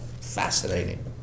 Fascinating